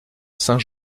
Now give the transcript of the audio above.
saint